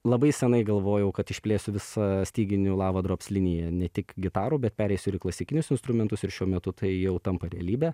labai senai galvojau kad išplėsiu visa styginių lava drops liniją ne tik gitarų bet pereisiu ir į klasikinius instrumentus ir šiuo metu tai jau tampa realybe